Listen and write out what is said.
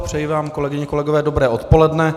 Přeji vám, kolegyně, kolegové, dobré odpoledne.